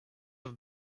have